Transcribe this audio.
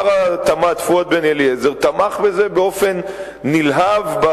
שר התמ"ת פואד בן-אליעזר תמך בזה באופן נלהב.